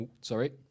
Sorry